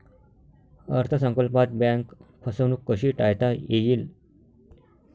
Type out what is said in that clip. अर्थ संकल्पात बँक फसवणूक कशी टाळता येईल?